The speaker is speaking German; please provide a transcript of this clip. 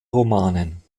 romanen